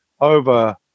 over